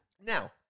Now